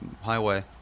highway